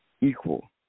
equal